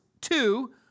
Two